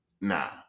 Nah